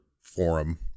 forum